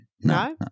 No